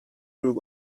group